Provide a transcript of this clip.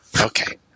Okay